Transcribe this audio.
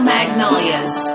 Magnolias